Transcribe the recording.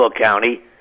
County